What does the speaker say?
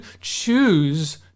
choose